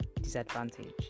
disadvantage